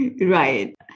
Right